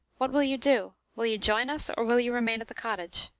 what will you do? will you join us, or will you remain at the cottage?